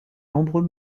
nombreux